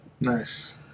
Nice